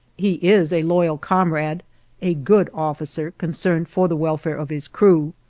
he is a loyal comrade a good officer concerned for the welfare of his crew.